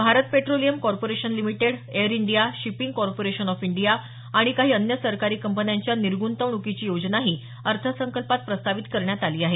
Bharat petroleum corporation limited air India shipping corporation of India आणि काही अन्य सरकारी कंपन्यांच्या निर्गृंतवणुकीची योजनाही अर्थसंकल्पात प्रस्तावित करण्यात आली आहे